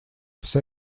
вся